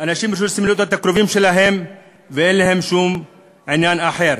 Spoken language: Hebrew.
אנשים שרוצים להיות עם הקרובים שלהם ואין להם שום עניין אחר.